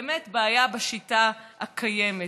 באמת בעיה בשיטה הקיימת.